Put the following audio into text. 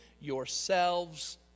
yourselves